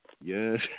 Yes